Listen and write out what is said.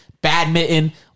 badminton